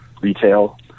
retail